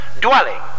dwelling